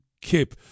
kip